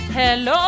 ¡Hello